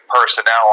personnel